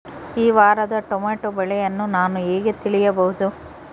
ಈ ವಾರದ ಟೊಮೆಟೊ ಬೆಲೆಯನ್ನು ನಾನು ಹೇಗೆ ತಿಳಿಯಬಹುದು?